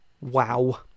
wow